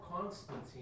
Constantine